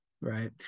right